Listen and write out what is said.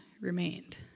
remained